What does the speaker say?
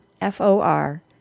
F-O-R